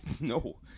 No